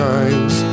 eyes